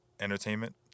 Entertainment